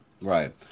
right